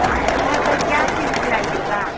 आएँगे तो क्या चीज़ खिलाइएगा